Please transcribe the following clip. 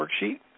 Worksheet